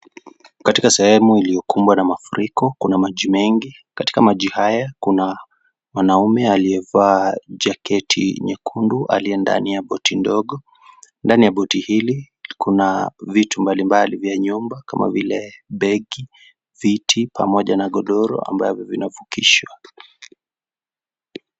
Katika sehemu iliyokubwa na mafuriko kuna maji mengi. Katika maji haya, kuna mwanaume aliyevaa jaketi nyekundu aliendani ya boti ndogo. Ndani ya boti hili kuna vitu mbali mbali vya nyumba kama vile; begi, viti pamoja na gondoro ambavyo vinavukishwa.